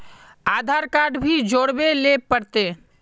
आधार card भी जोरबे ले पड़ते?